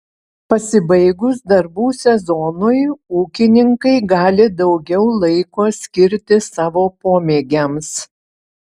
pasibaigus darbų sezonui ūkininkai gali daugiau laiko skirti savo pomėgiams